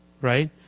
right